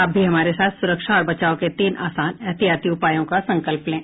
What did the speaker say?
आप भी हमारे साथ सुरक्षा और बचाव के तीन आसान एहतियाती उपायों का संकल्प लें